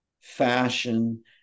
fashion